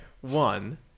One